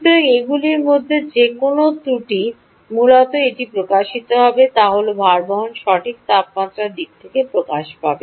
সুতরাং এগুলির মধ্যে যে কোনও ত্রুটি মূলত এটি প্রকাশিত হবে তা হল ভারবহন সঠিক তাপমাত্রার দিক থেকে প্রকাশ পাবে